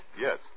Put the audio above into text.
Yes